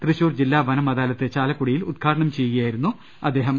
തൃശൂർ ജില്ലാ വനം അദാലത്ത് ചാലക്കുടിയിൽ ഉദ്ഘാടനം ചെയ്യു കയായിരുന്നു അദ്ദേഹം